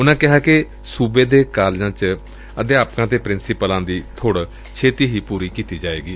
ਉਨੁਾ ਕਿਹਾ ਕਿ ਸੂਬੇ ਦੇ ਕਾਲਿਜਾ ਚ ਅਧਿਆਪਕਾ ਅਤੇ ਪ੍ਰਿੰਸੀਪਲਾਂ ਦੀ ਬੁੜ ਪੁਰੀ ਕੀਤੀ ਜਾਏਗੀ